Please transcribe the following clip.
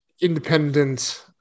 independent